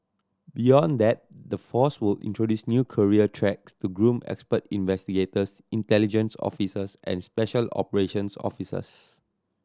beyond that the force will introduce new career tracks to groom expert investigators intelligence officers and special operations officers